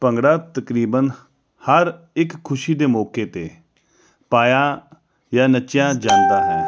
ਭੰਗੜਾ ਤਕਰੀਬਨ ਹਰ ਇੱਕ ਖੁਸ਼ੀ ਦੇ ਮੌਕੇ ਤੇ ਪਾਇਆ ਜਾਂ ਨੱਚਿਆ ਜਾਂਦਾ ਹੈ